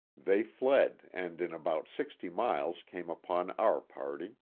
they fled, and in about sixty miles came upon our party.